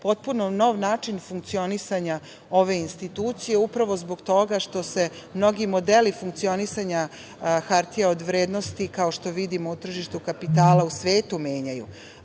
potpuno nov način funkcionisanja ove institucije, upravo zbog toga što se mnogi modeli funkcionisanja hartija od vrednosti, kao što vidimo, na tržištu kapitala u svetu menjaju. Ono